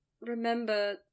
remember